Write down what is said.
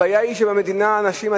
הבעיה היא שהאנשים במדינה,